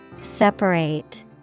Separate